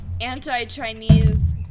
anti-Chinese